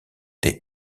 des